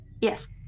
Yes